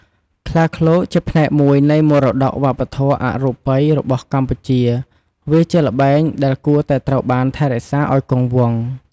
ខ្លាឃ្លោកជាផ្នែកមួយនៃមរតកវប្បធម៌អរូបីរបស់កម្ពុជាវាជាល្បែងដែលគួរតែត្រូវបានថែរក្សាឱ្យគង់វង្ស។